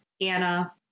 anna